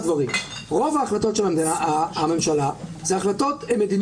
מכיוון שכל עילות הביקורת האחרות נותרות בעינן.